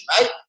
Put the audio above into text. right